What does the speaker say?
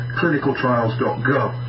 clinicaltrials.gov